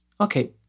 Okay